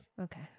Okay